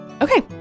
Okay